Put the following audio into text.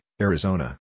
Arizona